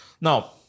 Now